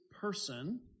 person